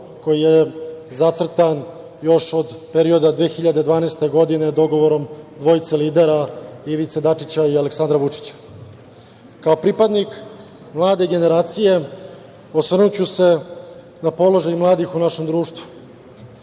koji je zacrtan još od perioda 2012. godine dogovorom dvojice lidera Ivice Dačića i Aleksandra Vučića. Kao pripadnik mlade generacije, osvrnuću se na položaj mladih u našem društvu.